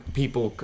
people